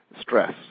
stress